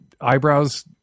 eyebrows